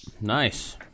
Nice